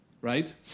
right